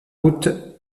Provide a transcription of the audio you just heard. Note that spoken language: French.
route